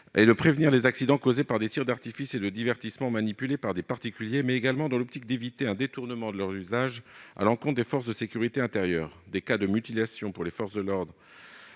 est de prévenir les accidents causés par les tirs d'artifice et de divertissement manipulés par des particuliers, mais également d'éviter un détournement de leur usage à l'encontre des forces de sécurité intérieure. Des cas de mutilations pour les forces de l'ordre